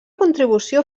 contribució